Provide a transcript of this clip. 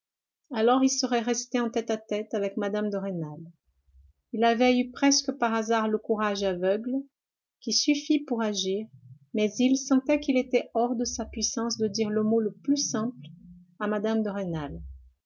alors il serait resté en tête-à-tête avec mme de rênal il avait eu presque par hasard le courage aveugle qui suffit pour agir mais il sentait qu'il était hors de sa puissance de dire le mot le plus simple à mme de rênal